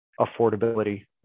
affordability